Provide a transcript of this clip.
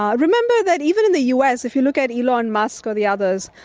um remember that even in the u s, if you look at elon musk or the others,